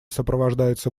сопровождается